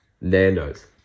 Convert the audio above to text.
Nando's